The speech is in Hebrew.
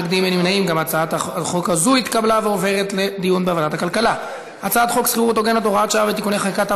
ההצעה להעביר את הצעת חוק שכירות הוגנת (הוראת שעה ותיקוני חקיקה),